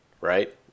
right